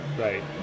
Right